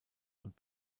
und